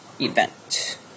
event